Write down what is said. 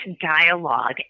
dialogue